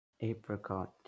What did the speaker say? Apricot